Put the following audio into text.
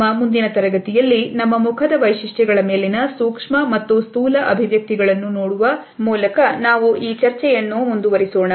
ನಮ್ಮ ಮುಂದಿನ ತರಗತಿಯಲ್ಲಿ ನಮ್ಮ ಮುಖದ ವೈಶಿಷ್ಟ್ಯಗಳ ಮೇಲಿನ ಸೂಕ್ಷ್ಮ ಮತ್ತು ಸ್ಥೂಲ ಅಭಿವ್ಯಕ್ತಿಗಳನ್ನು ನೋಡುವ ಮೂಲಕ ನಾವು ಈ ಚರ್ಚೆಯನ್ನು ಮುಂದುವರಿಸೋಣ